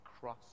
cross